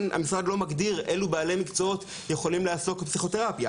המשרד לא מגדיר אילו בעלי מקצועות יכולים לעסוק בפסיכותרפיה,